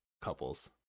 couples